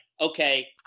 okay